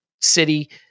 city